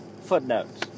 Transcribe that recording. Footnotes